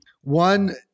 One